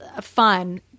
fun